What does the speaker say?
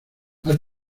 has